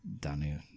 Daniel